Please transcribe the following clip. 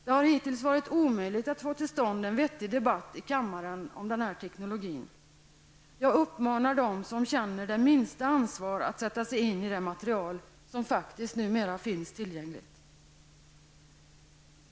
Det har hittills varit omöjligt att få till stånd en vettig debatt i kammaren om denna teknologi. Jag uppmanar de som känner det minsta ansvar att sätta sig in i det material som numera faktiskt finns tillgängligt.